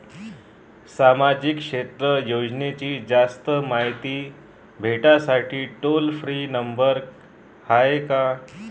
सामाजिक क्षेत्र योजनेची जास्त मायती भेटासाठी टोल फ्री नंबर हाय का?